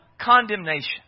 condemnation